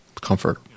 comfort